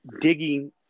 digging